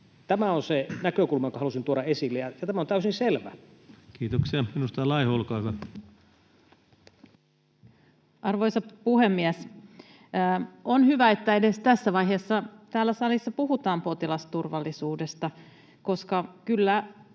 Tämä on se näkökulma, jonka halusin tuoda esille, ja tämä on täysin selvä. Kiitoksia. — Edustaja Laiho, olkaa hyvä. Arvoisa puhemies! On hyvä, että edes tässä vaiheessa täällä salissa puhutaan potilasturvallisuudesta, koska kyllä